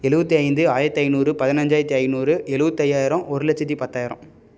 எழுபத்தி ஐந்து ஆயிரத்தி ஐந்நூறு பதினஞ்சாயிரத்தி ஐந்நூறு எழுபத்து ஐயாயிரம் ஒரு லட்சத்தி பத்தாயரம்